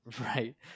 Right